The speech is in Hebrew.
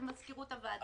במזכירות הוועדה.